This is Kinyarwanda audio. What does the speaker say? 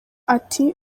ati